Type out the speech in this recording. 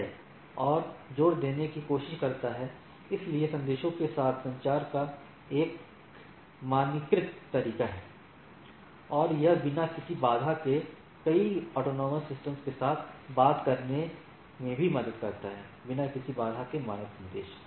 यह जोर देने की कोशिश करता है इसलिए संदेशों के साथ संचार का एक मानकीकृत तरीका है और यह बिना किसी बाधा के कई स्वायत्त प्रणालियों के साथ बात करने में भी मदद करता है बिना किसी बाधा के मानक संदेश